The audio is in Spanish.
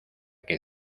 que